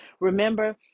Remember